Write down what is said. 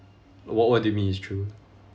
wha~ what do you mean it's true